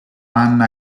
anna